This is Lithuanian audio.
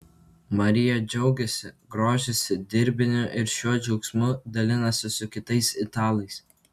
marija džiaugiasi grožisi dirbiniu ir šiuo džiaugsmu dalinasi su kitais italais